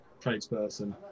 tradesperson